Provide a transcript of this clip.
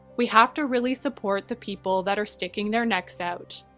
we have to really support the people that are sticking their necks out.